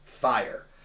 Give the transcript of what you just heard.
fire